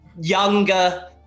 younger